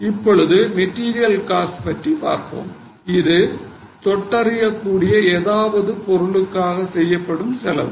இப்பொழுது material cost பற்றி பார்ப்போம் இது தொட்டறியக் கூடிய ஏதாவது பொருளுக்காக செய்யப்படும் செலவு